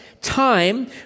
time